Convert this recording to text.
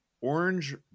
orange